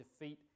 defeat